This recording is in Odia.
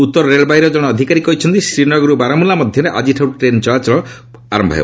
ଉତ୍ତର ରେଳବାଇର ଜଣେ ଅଧିକରୀ କହିଛନ୍ତି ଶ୍ରୀନଗରରୁ ବାରମୁଲା ମଧ୍ୟରେ ଆଜିଠାରୁ ଟ୍ରେନ୍ ଚଳାଚଳ ଆରମ୍ଭ ହେବ